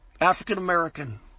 African-American